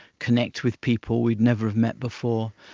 connect with people we'd never have met before,